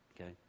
Okay